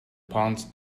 pants